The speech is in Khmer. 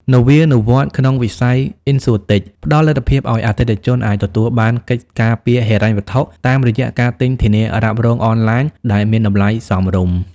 នវានុវត្តន៍ក្នុងវិស័យ Insurtech ផ្ដល់លទ្ធភាពឱ្យអតិថិជនអាចទទួលបានកិច្ចការពារហិរញ្ញវត្ថុតាមរយៈការទិញធានារ៉ាប់រងអនឡាញដែលមានតម្លៃសមរម្យ។